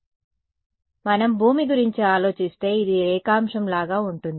కాబట్టి మనం భూమి గురించి ఆలోచిస్తే ఇది రేఖాంశం లాగా ఉంటుంది